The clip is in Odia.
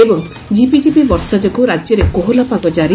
ଏବଂ ଝିପିଝିପି ବର୍ଷା ଯୋଗୁଁ ରାଜ୍ୟରେ କୋହଲା ପାଗ କାରି